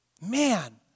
Man